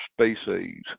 species